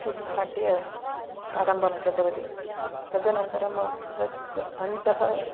उद्घाट्य प्रारम्भं कृतवती तदनन्तरं तद् अन्तः